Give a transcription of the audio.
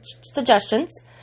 suggestions